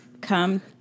Come